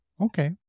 Okay